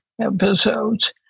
episodes